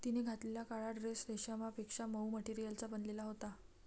तिने घातलेला काळा ड्रेस रेशमापेक्षा मऊ मटेरियलचा बनलेला होता